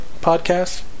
podcast